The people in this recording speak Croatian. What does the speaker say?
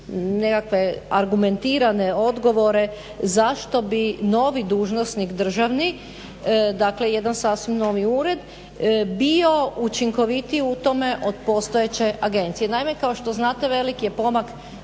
nekakve argumentirane odgovore zašto bi novi dužnosnik državni, dakle jedan sasvim novi ured, bio učinkovitiji u tome od postojeće agencije? Naime, kao što znate veliki je pomak